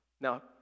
Now